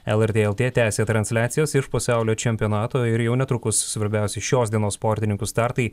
lrt lt tęsia transliacijas iš pasaulio čempionato ir jau netrukus svarbiausi šios dienos sportininkų startai